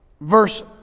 verse